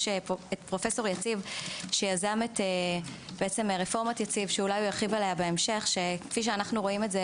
נמצא פה פרופ' יציב שיזם את רפורמת יציב שכפי שאנחנו רואים את זה,